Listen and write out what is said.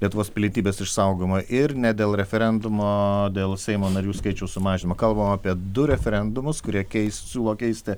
lietuvos pilietybės išsaugojimo ir ne dėl referendumo dėl seimo narių skaičių sumažino kalbam apie du referendumus kurie keis siūlo keisti